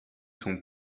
sont